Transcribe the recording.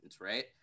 right